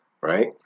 right